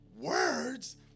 words